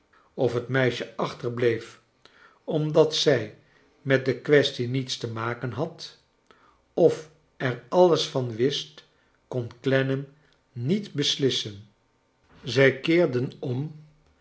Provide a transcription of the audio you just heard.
of het meisje a chterbleef omdat charles dickens zij met de kwestie niets te maken had of er alles van wist kon clennam niet beslissen zij keerden om